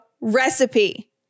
recipe